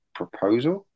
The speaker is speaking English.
proposal